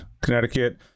Connecticut